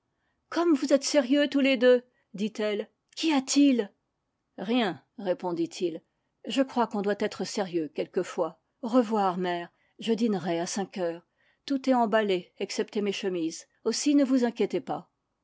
comme vous êtes sérieux tous les deux dit-elle qu'y a-t-il rien répondit-il je crois qu'on doit être sérieux quelquefois au revoir mère je dînerai à cinq heures tout est emballé excepté mes chemises aussi ne vous inquiétez pas